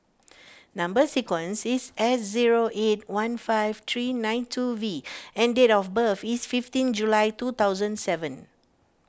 Number Sequence is S zero eight one five three nine two V and date of birth is fifteen July two thousand seven